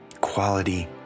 Quality